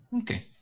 okay